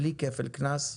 בלי כפל קנס.